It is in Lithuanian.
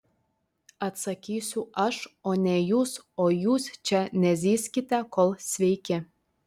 atsakysiu aš o ne jūs o jūs čia nezyzkite kol sveiki